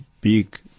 big